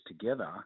together